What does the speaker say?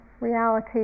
reality